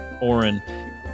oren